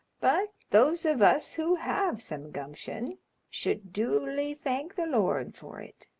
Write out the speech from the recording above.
but those of us who have some gumption should duly thank the lord for it.